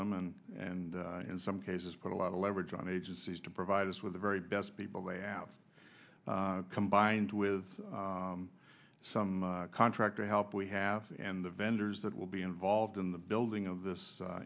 them and and in some cases put a lot of leverage on agencies to provide us with the very best people they have combined with some contractor help we have and the vendors that will be involved in the building of this